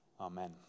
Amen